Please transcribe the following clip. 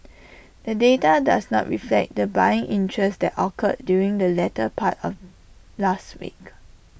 the data does not reflect the buying interest that occurred during the latter part of last week